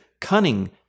cunning